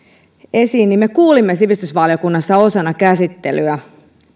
esiin me kuulimme sivistysvaliokunnassa osana käsittelyä